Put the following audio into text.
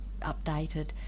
updated